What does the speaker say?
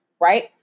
Right